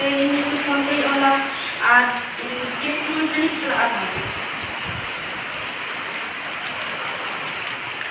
ᱚᱻ ᱛᱟᱞᱦᱮ ᱤᱧ ᱱᱤᱛᱳᱜ ᱯᱷᱳᱱ ᱛᱤᱧ ᱚᱞᱟ ᱟᱨ ᱛᱤᱱ ᱥᱚᱢᱚᱭ ᱜᱟᱱᱤᱧ ᱪᱟᱞᱟᱜᱼᱟ ᱛᱟᱞᱦᱮ